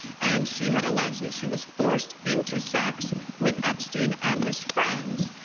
and she had alleged that she was forced into sex with epstein and his friends.